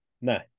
no